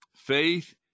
Faith